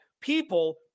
people